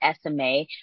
SMA